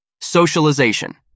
Socialization